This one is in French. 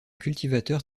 cultivateur